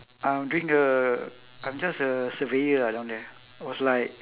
I'm doing the I'm just a surveyor ah down there was like